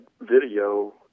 video